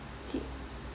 K